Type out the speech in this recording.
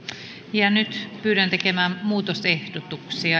nyt käsitellään muutosehdotukset